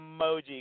emoji